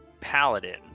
paladin